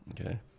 Okay